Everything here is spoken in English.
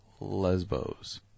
Lesbos